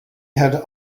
had